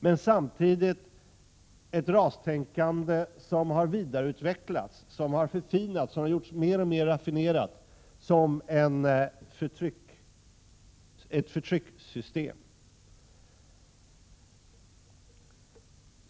Men samtidigt innebär det ett rastänkande som har vidareutvecklats, förfinats, gjorts mer och mer raffinerat som ett förtryckarsystem.